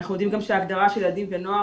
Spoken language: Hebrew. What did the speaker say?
אנחנו יודעים גם שההגדרה של ילדים ונוער